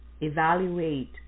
evaluate